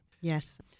Yes